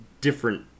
different